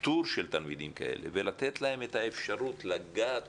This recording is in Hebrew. איתור של תלמידים כאלה ולתת להם את האפשרות לגעת